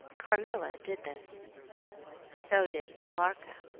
carmilla did this so did millarca.